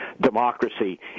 democracy